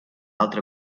altra